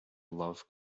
love